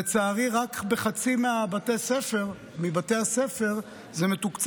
לצערי רק בחצי מבתי ספר זה מתוקצב,